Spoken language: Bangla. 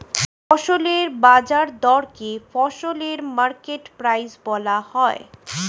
ফসলের বাজার দরকে ফসলের মার্কেট প্রাইস বলা হয়